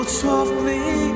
softly